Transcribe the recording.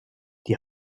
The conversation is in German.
die